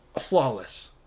flawless